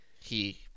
he-